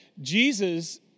Jesus